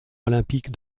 olympique